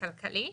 כלכלי,